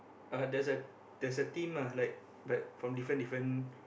uh there's a there's a team ah like like from different different